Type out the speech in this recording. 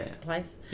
Place